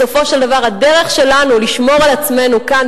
בסופו של דבר הדרך שלנו לשמור על עצמנו כאן,